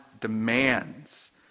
demands